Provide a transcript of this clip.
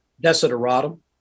Desideratum